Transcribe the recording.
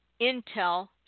intel